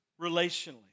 relationally